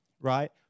right